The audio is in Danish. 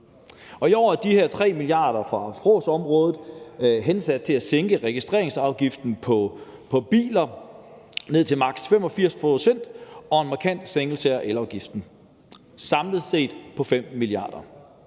i år er de her 3 mia. kr. fra fråsområdet hensat til at sænke registreringsafgiften på biler ned til maks. 85 pct. og en markant sænkelse af elafgiften. Det er samlet for 5 mia.